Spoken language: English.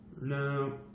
No